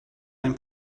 ein